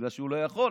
בגלל שהוא לא יכול.